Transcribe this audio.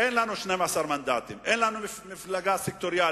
אין לנו 12 מנדטים, אין לנו מפלגה סקטוריאלית.